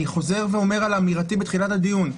אני חוזר על אמירתי בתחילת הדיון,